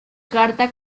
carta